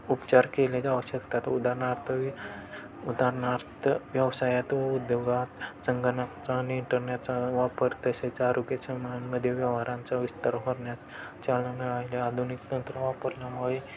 उपचार केले जाऊ शकतात उदाहरणार्थ उदाहरणार्थ व्यवसायात व उद्योगात संगणकाचा आणि इंटरनेटचा वापर तसेच आरोग्य सेवांमध्ये व्यवहारांचा विस्तार होण्यास चालना हे आधुनिक तंत्र वापरल्यामुळे